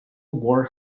war